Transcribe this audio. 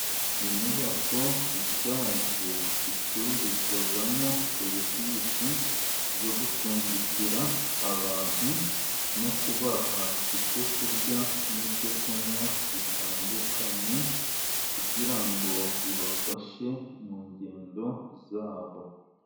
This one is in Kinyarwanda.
Inyubako ishaje, icururizwamo serivisi zo gucumbikira abantu, no kubaha ibyokurya, n'ibyokunywa bitandukanye, kugira ngo bibafashe mu ngendo zabo.